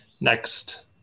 next